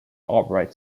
albright